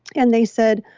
and they said,